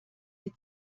die